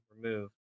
remove